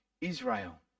Israel